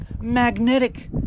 magnetic